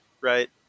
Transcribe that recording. right